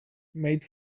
made